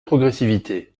progressivité